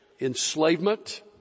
enslavement